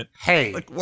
Hey